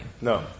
No